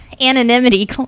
anonymity